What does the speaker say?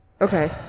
Okay